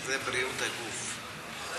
זה בריאות הגוף.